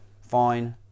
Fine